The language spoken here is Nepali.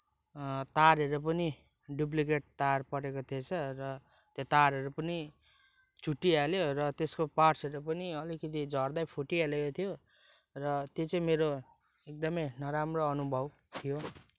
तारहरू पनि डुप्लिकेट तार परेको थिएछ र त्यो तारहरू पनि चुट्टीहाल्यो त्यसको पार्ट्सहरू पनि अलिकति झर्दै फुटिहालेको थियो र त्यो चाहिँ मेरो एकदमै नराम्रो अनुभव थियो